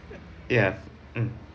ya mm